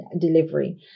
delivery